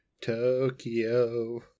Tokyo